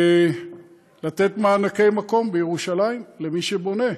לתת מענקי מקום בירושלים למי שבונה,